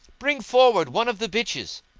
bring forward one of the bitches.